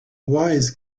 wise